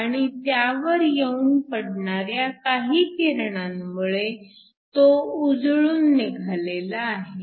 आणि त्यावर येऊन पडणाऱ्या काही किरणांमुळे तो उजळून निघालेला आहे